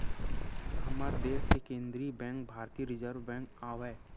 हमर देस के केंद्रीय बेंक भारतीय रिर्जव बेंक आवय